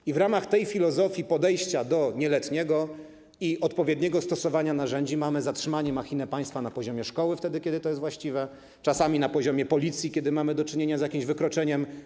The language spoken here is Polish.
I w ramach tej filozofii podejścia do nieletniego i odpowiedniego stosowania narzędzi mamy zatrzymanie machiny państwa na poziomie szkoły, kiedy to jest właściwe, czasami na poziomie Policji, kiedy mamy do czynienia z jakimś wykroczeniem.